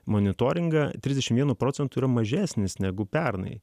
monitoringą trisdešim vienu procentu yra mažesnis negu pernai